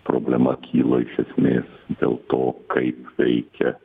problema kyla iš esmės dėl to kaip veikia